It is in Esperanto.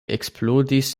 eksplodis